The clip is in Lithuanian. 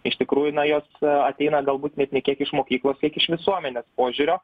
iš tikrųjų na jos ateina galbūt net ne kiek iš mokyklos kiek iš visuomenės požiūrio